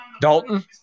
Dalton